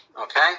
Okay